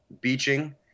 beaching